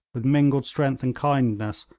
with mingled strength and kindness,